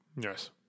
Yes